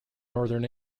northern